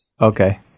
Okay